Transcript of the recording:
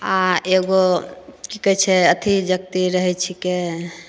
आ एगो की कहैत छै अथी जकती रहैत छिकै